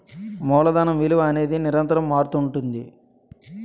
మూలధనం విలువ అనేది నిరంతరం మారుతుంటుంది